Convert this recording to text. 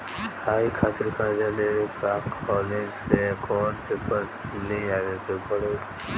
पढ़ाई खातिर कर्जा लेवे ला कॉलेज से कौन पेपर ले आवे के पड़ी?